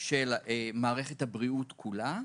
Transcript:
של מערכת הבריאות כולה,